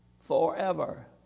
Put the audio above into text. forever